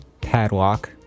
Padlock